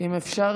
אם אפשר,